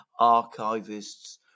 archivists